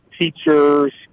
teachers